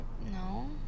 No